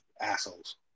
assholes